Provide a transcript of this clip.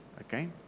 Okay